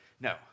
No